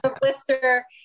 blister